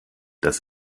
das